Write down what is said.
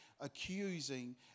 accusing